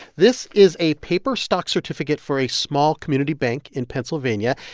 this is a paper stock certificate for a small community bank in pennsylvania.